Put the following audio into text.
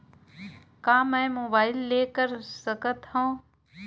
का मै मोबाइल ले कर सकत हव?